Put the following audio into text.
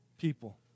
people